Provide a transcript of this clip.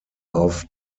auf